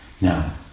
now